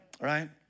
Right